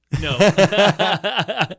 No